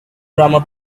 grammar